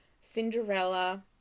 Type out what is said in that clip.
Cinderella